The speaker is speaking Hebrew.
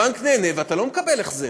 הבנק נהנה, ואתה לא מקבל החזר.